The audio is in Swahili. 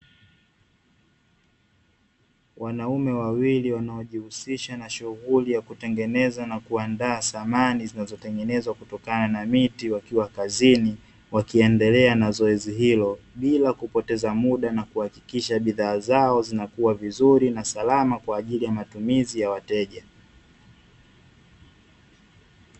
Wanaume wawili wanaojihusisha na shughuli ya kutengeneza na kuandaa samani zinazotengenezwa kutokana na miti wakiwa kazini, wakiendelea na zoezi hilo. Bila kupoteza muda na kuhakikisha bidhaa zao zinakuwa vizuri na salama kwa ajili ya matumizi ya wateja.